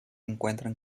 encuentran